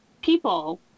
people